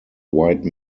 white